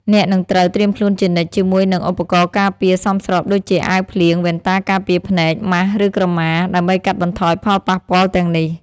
អ្នកនឹងត្រូវត្រៀមខ្លួនជានិច្ចជាមួយនឹងឧបករណ៍ការពារសមស្របដូចជា អាវភ្លៀង វ៉ែនតាការពារភ្នែក ម៉ាស់ ឬក្រម៉ា ដើម្បីកាត់បន្ថយផលប៉ះពាល់ទាំងនេះ។